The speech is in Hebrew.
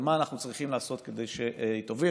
מה אנחנו צריכים לעשות כדי שהיא תוביל.